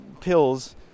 pills